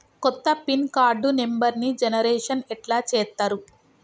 కొత్త pin card నెంబర్ని generation ఎట్లా చేత్తరు?